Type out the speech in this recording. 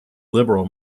liberal